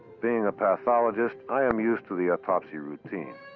being a pathologist, i am used to the autopsy routine.